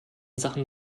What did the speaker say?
sachen